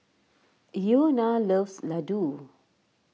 Iona loves Ladoo